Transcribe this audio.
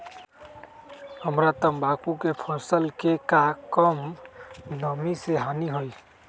हमरा तंबाकू के फसल के का कम नमी से हानि होई?